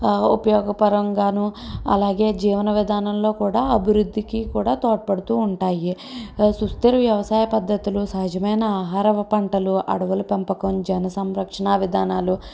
ఉపయోగపరంగాను అలాగే జీవన విధానంలో కూడా అభివృద్ధికి కూడా తోడ్పడుతూ ఉంటాయి సుస్థిర వ్యవసాయ పద్ధతులు సహజమైన ఆహార పంటలు అడవులు పెంపకం జన సంరక్షణ విధానాలు